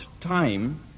time